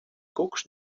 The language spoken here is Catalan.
cucs